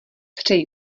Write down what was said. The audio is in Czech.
přeji